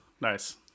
Nice